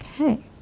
okay